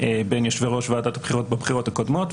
בין יושבי-ראש ועדת הבחירות בבחירות הקודמות,